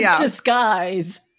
disguise